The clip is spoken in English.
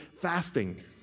fasting